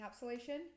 encapsulation